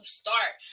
start